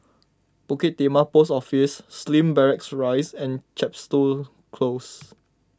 Bukit Timah Post Office Slim Barracks Rise and Chepstow Close